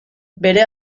bere